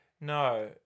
No